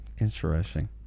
Interesting